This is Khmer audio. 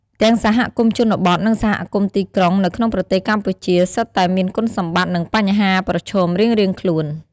ទាំងសហគមន៍ជនបទ និងសហគមន៍ទីក្រុងនៅក្នុងប្រទេសកម្ពុជាសុទ្ធតែមានគុណសម្បត្តិ និងបញ្ហាប្រឈមរៀងៗខ្លួន។